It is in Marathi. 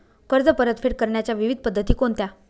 कर्ज परतफेड करण्याच्या विविध पद्धती कोणत्या?